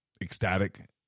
ecstatic